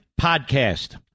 Podcast